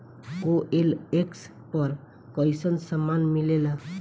OLX पर कइसन सामान मीलेला?